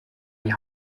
die